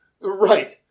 Right